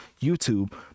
YouTube